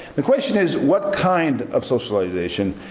the question is, what kind of socialization?